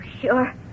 Sure